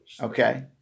Okay